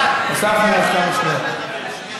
שחבר כנסת אחד.